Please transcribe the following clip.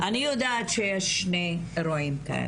אני יודעת שיש שני אירועים כאלה,